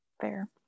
fair